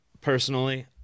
personally